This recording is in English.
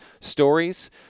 stories